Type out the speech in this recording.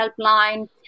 helpline